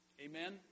Amen